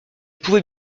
pouvait